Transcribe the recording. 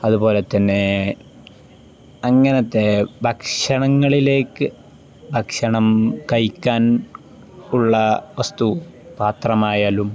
അതുപോലെ തന്നെ അങ്ങനത്തെ ഭക്ഷണങ്ങളിലേക്കു ഭക്ഷണം കഴിക്കാൻ ഉള്ള വസ്തു പാത്രമായാലും